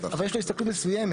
אבל יש לו הסתכלות מסוימת,